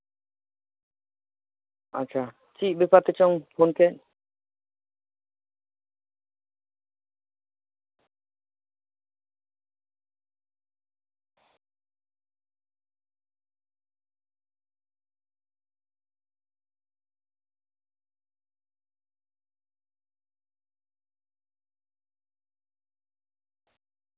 ᱟᱪᱪᱷᱟ ᱪᱮᱫ ᱢᱮᱱᱛᱮᱪᱚᱢ ᱯᱷᱳᱱ ᱠᱮᱫ